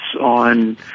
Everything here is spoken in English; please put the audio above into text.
on